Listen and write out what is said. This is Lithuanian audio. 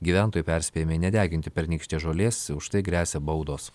gyventojai perspėjami nedeginti pernykštės žolės už tai gresia baudos